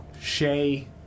Shay